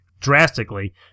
drastically